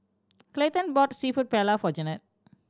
Clayton bought Seafood Paella for Jennette